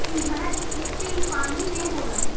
सिंघाड़ा के खेती पानी में होला